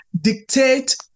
dictate